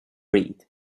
read